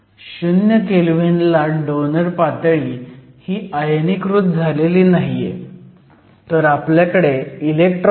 0 kelvin ला donor पातळी ही आयनीकृत झालेली नाहीये तर आपल्याकडे इलेक्ट्रॉन आहेत